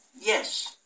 yes